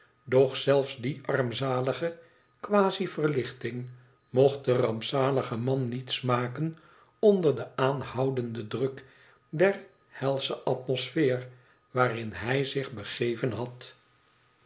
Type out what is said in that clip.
doch zelfs die armzalige quasi verlichting mocht de rampzalige man niet smaken onder den aanhouenden druk der helsche atmospheer waarin hij zich begeven had